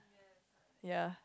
ya